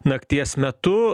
nakties metu